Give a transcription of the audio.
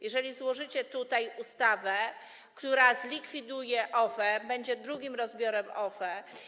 Jeżeli złożycie tutaj ustawę, która zlikwiduje OFE, będzie to drugi rozbiór OFE.